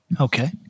Okay